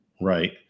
Right